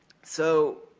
so,